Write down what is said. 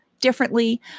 differently